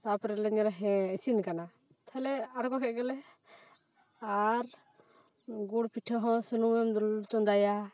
ᱛᱟᱯᱚᱨᱮᱞᱮ ᱧᱮᱞᱟ ᱦᱮᱸ ᱤᱥᱤᱱ ᱠᱟᱱᱟ ᱛᱟᱞᱚᱦᱮ ᱟᱬᱜᱳ ᱠᱮᱫ ᱜᱮᱞᱮ ᱟᱨ ᱜᱩᱲ ᱯᱤᱴᱷᱟᱹ ᱦᱚᱸ ᱥᱩᱱᱩᱢᱮᱢ ᱫᱩᱞ ᱪᱚᱸᱫᱟᱭᱟ